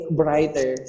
brighter